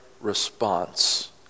response